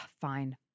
Fine